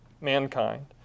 mankind